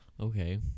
Okay